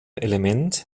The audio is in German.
element